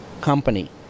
company